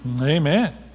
Amen